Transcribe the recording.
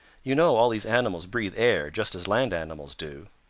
you know all these animals breathe air just as land animals do.